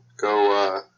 go